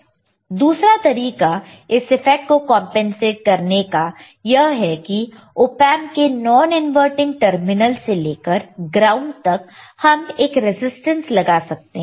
तो दूसरा तरीका इस इफ़ेक्ट को कंपनसेट करने का यह की ऑएंप के नॉन इनवर्टिंग टर्मिनल से लेकर ग्राउंड तक हम एक रजिस्टेंस लगा सकते हैं